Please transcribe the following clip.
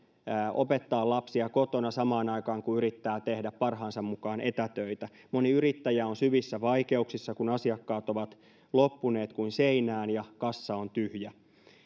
opettaa lapsia kotona samaan aikaan kun yrittää tehdä parhaansa mukaan etätöitä moni yrittäjä on syvissä vaikeuksissa kun asiakkaat ovat loppuneet kuin seinään ja kassa on tyhjä